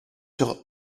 sur